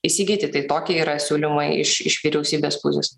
įsigyti tai tokie yra siūlymai iš iš vyriausybės pusės